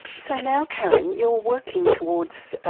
so now karen you're working towards